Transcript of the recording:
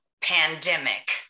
pandemic